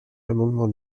l’amendement